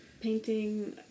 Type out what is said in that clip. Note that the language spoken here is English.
painting